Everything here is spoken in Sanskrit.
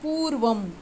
पूर्वम्